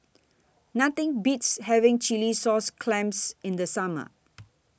Nothing Beats having Chilli Sauce Clams in The Summer